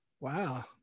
Wow